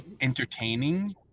entertaining